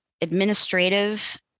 administrative